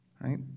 right